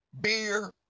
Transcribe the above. Beer